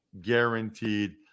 guaranteed